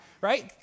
right